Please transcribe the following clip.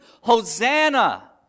Hosanna